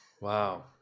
wow